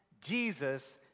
Jesus